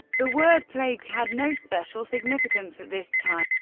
the word plague had no special significance at this time,